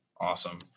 Awesome